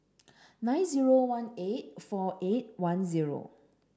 nine zero one eight four eight one zero